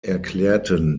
erklärten